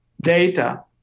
data